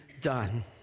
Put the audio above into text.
done